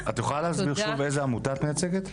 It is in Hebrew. את יכולה להסביר שוב איזו עמותה מייצגת?